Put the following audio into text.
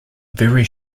very